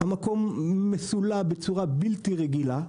המקום מסולע בצורה בלתי רגילה.